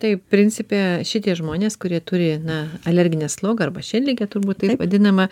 taip principe šitie žmonės kurie turi na alerginę slogą arba šienligę turbūt taip vadinamą